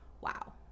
wow